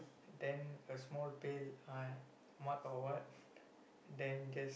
and then a small pail uh mug or what and then just